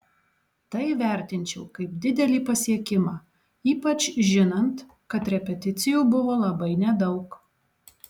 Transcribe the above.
tai vertinčiau kaip didelį pasiekimą ypač žinant kad repeticijų buvo labai nedaug